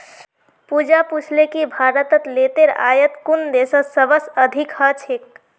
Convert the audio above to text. पूजा पूछले कि भारतत तेलेर आयात कुन देशत सबस अधिक ह छेक